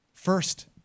First